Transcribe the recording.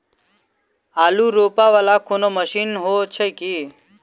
आलु रोपा वला कोनो मशीन हो छैय की?